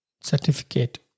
certificate